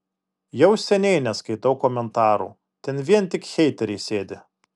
jau seniai neskaitau komentarų ten vien tik heiteriai sėdi